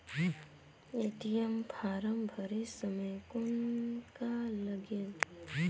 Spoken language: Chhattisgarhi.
ए.टी.एम फारम भरे समय कौन का लगेल?